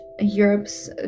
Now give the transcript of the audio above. Europe's